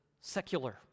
secular